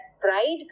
pride